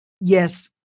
Yes